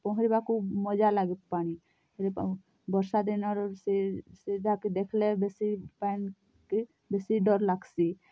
ପହଁରିବାକୁ ମଜା ଲାଗେ ପାଣି ବର୍ଷା ଦିନର୍ ସେ ସେ ତାକେ ଦେଖଲେ ବେଶୀ ପାଏନ୍ କେ ବେଶୀ ଡ଼ର୍ ଲାଗସି